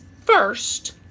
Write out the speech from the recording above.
first